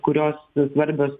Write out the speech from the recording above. kurios svarbios